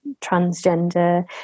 transgender